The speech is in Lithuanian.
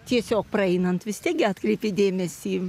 tiesiog praeinant vis tiek gi atkreipi dėmesį